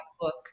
book